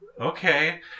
okay